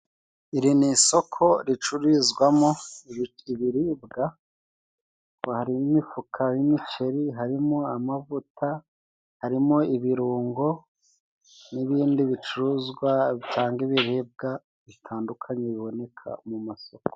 Iri ni isoko ricururizwamo ibiribwa bari imifuka y'imiceri, harimo amavuta, harimo ibirungo n'ibindi bicuruzwa bitanga ibiribwa bitandukanye biboneka mu masoko.